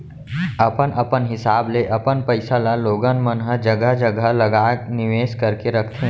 अपन अपन हिसाब ले अपन पइसा ल लोगन मन ह जघा जघा लगा निवेस करके रखथे